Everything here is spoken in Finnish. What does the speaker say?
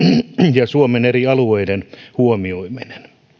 ja suomen eri alueiden huomioiminen